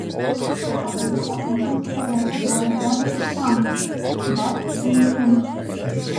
po ėjimo sunku nustovėti gelia pėdas ir sąnarius bet tai jau finišas